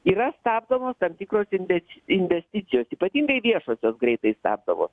yra stabdomos tam tikros inves investicijos ypatingai viešosios greitai stabdomos